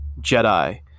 Jedi